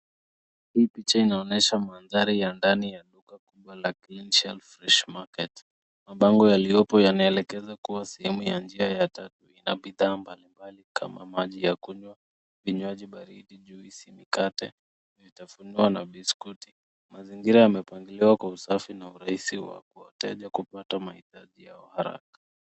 Hii picha inaonyesha mandhari ya ndani ya duka kubwa la Clean Shelf Fresh Market. Mabango yaliyopo yanaelekeza kuwa sehemu ya njia ya bidhaa mbalimbali kama maji ya kunywa, vinywaji baridi, juisi, mikate, vitafunio na biskuti. Mazingira yamepangiliwa kwa usafi na urahisi wa wateja kupata mahitaji yao haraka.